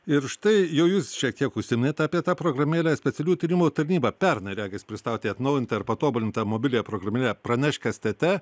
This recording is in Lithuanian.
ir štai jūs šiek tiek užsiminėt apie tą programėlę specialiųjų tyrimų tarnyba pernai regis pristatė atnaujintą ar patobulintą mobiliąją programėlę pranešk es tė tė